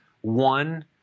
One